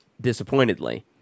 disappointedly